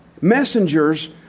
messengers